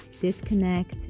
disconnect